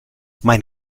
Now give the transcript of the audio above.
mein